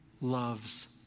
loves